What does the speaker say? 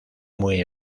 muy